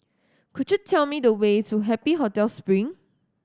could you tell me the way to Happy Hotel Spring